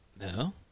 No